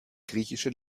griechische